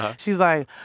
she's like,